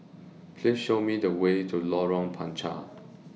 Please Show Me The Way to Lorong Panchar